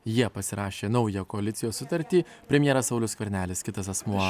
jie pasirašė naują koalicijos sutartį premjeras saulius skvernelis kitas asmuo